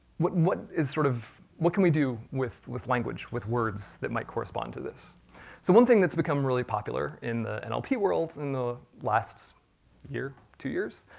what what is sort of, what can we do with with language, with words that might correspond to this? so one thing that's become really popular in the and nlp world in the last year, two years,